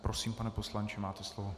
Prosím, pane poslanče, máte slovo.